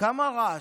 כמה רעש.